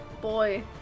Boy